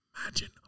Imagine